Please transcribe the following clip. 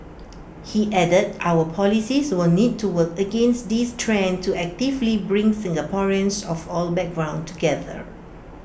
he added our policies will need to work against this trend to actively bring Singaporeans of all background together